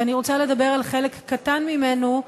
ואני רוצה לדבר על חלק קטן ממנו,